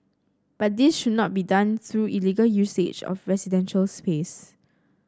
but this should not be done through illegal usage of residential space